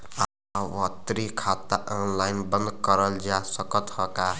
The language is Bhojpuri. आवर्ती खाता ऑनलाइन बन्द करल जा सकत ह का?